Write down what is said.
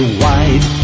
wide